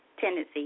Tendency